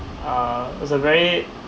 uh it's a very